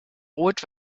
rot